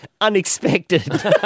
unexpected